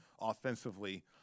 offensively